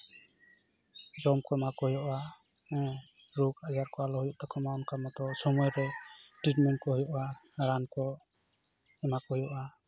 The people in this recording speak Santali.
ᱡᱚᱢ ᱠᱚ ᱮᱢᱟᱠᱚ ᱦᱩᱭᱩᱜᱼᱟ ᱦᱮᱸ ᱨᱩᱣᱟᱹ ᱠᱚ ᱟᱞᱚ ᱦᱩᱭᱩᱜ ᱛᱟᱠᱚᱢᱟ ᱚᱱᱠᱟ ᱢᱚᱛᱚ ᱥᱚᱢᱚᱭ ᱨᱮ ᱴᱤᱴᱢᱮᱱᱴ ᱠᱚ ᱦᱩᱭᱩᱜᱼᱟ ᱨᱟᱱ ᱠᱚ ᱮᱢᱟ ᱠᱚ ᱦᱩᱭᱩᱜᱼᱟ